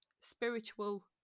spiritual